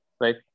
right